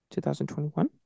2021